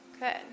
Good